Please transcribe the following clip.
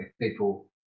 people